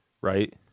right